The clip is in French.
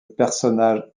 personnage